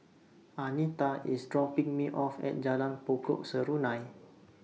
Anita IS dropping Me off At Jalan Pokok Serunai